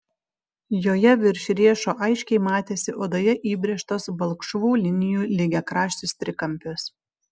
joje virš riešo aiškiai matėsi odoje įbrėžtas balkšvų linijų lygiakraštis trikampis